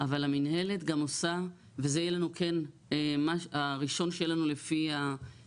אבל המינהלת גם עושה וזה יהיה לנו כן הראשון שיהיה לנו לפי הענפים,